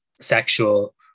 sexual